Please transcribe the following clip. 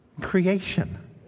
Creation